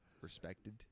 respected